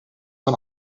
van